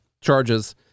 charges